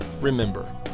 remember